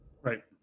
Right